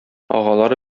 агалары